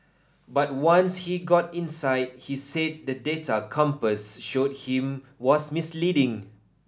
but once he got inside he said the data compass showed him was misleading